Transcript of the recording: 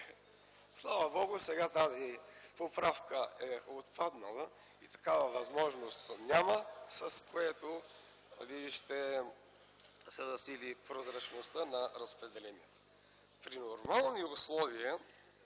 Слава Богу, сега тази поправка е отпаднала и такава възможност няма, с което ще се засили прозрачността на разпределение. При нормални условия